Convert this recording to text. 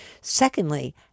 Secondly